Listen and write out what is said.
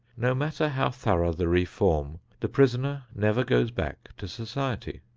no matter how thorough the reform, the prisoner never goes back to society,